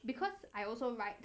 because I also write